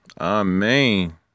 Amen